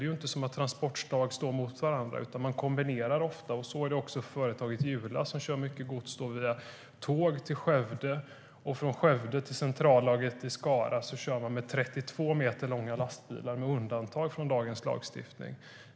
Det är inte så att transportslag står emot varandra, utan de kombineras ofta. Så har också företaget Jula som transporterar mycket gods via tåg till Skövde gjort. Från Skövde till centrallagret i Skara körs godset med 32 meter långa lastbilar - man har beviljats undantag från dagens lagstiftning.